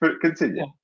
Continue